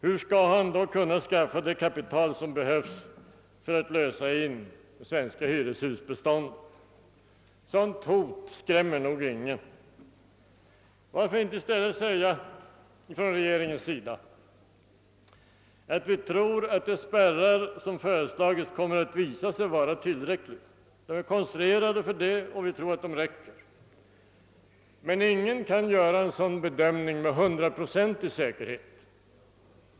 Hur skall han då kunna skaffa det kapital som behövs för att lösa in det svenska hyreshusbeståndet? Ett sådant hot skrämmer nog ingen. Varför säger inte i stället regeringen: De spärrar som föreslagits är konstruerade för att vara tillräckliga och vi tror också att de kommer att vara det. Men ingen kan göra en sådan bedömning med hundraprocentig säkerhet.